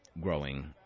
growing